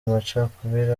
macakubiri